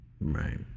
Right